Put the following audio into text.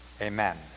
Amen